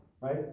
Right